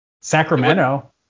Sacramento